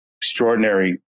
extraordinary